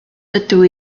dydw